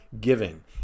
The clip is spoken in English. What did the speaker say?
giving